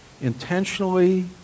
intentionally